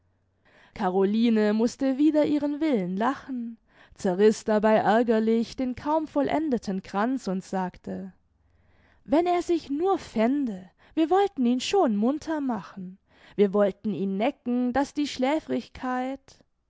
caroline mußte wider ihren willen lachen zerriß dabei ärgerlich den kaum vollendeten kranz und sagte wenn er sich nur fände wir wollten ihn schon munter machen wir wollten ihn necken daß die schläfrigkeit